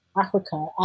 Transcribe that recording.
Africa